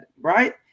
right